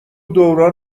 دوران